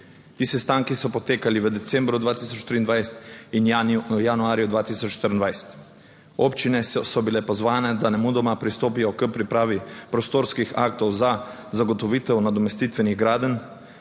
Ti sestanki so potekali v decembru 2023 in v januarju 2024. Občine so bile pozvane, da nemudoma pristopijo k pripravi prostorskih aktov za zagotovitev nadomestitvenih gradenj.